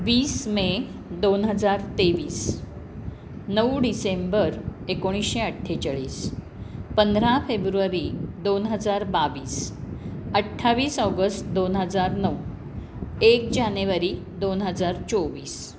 वीस मे दोन हजार तेवीस नऊ डिसेंबर एकोणीसशे अठ्ठेचाळीस पंधरा फेब्रुवारी दोन हजार बावीस अठ्ठावीस ऑगस्ट दोन हजार नऊ एक जानेवारी दोन हजार चोवीस